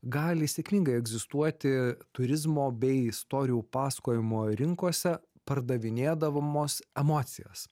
gali sėkmingai egzistuoti turizmo bei istorijų pasakojimo rinkose pardavinėdavamos emocijas